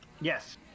Yes